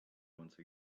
once